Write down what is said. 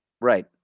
Right